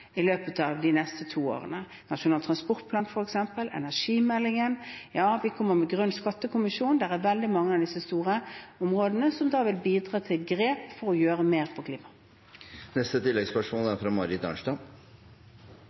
i løpet av de neste to årene, f.eks. Nasjonal transportplan og energimeldingen – og vi kommer med Grønn skattekommisjon. Det er veldig mange av disse store områdene som da vil bidra til at det blir tatt grep for å gjøre mer